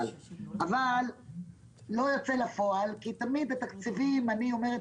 אבל היא לא יוצאת לפועל כי תמיד התקציבים אני אומרת